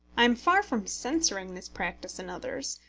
i am far from censuring this practice in others.